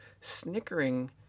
snickering